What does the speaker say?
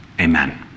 Amen